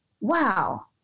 wow